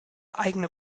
eigene